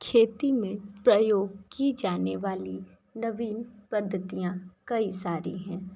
खेती में प्रयोग की जानी वाली नवीन पद्धतियां कई सारी हैं